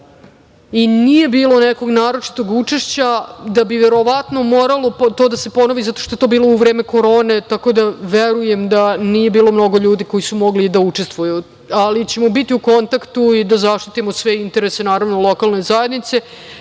i nije bilo nekog naročitog učešća, da bi verovatno moralo to da se ponovi, zato što je to bilo u vreme korone, tako da verujem da nije bilo mnogo ljudi koji su mogli da učestvuju, ali ćemo biti u kontaktu i da zaštitimo sve interese naravno lokalne zajednice,